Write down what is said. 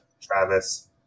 Travis